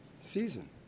season